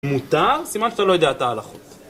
מותר? סימן שאתה לא יודע את ההלכות.